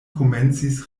komencis